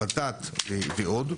ות"ת ועוד.